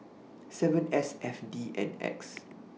seven S F D N X